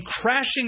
crashing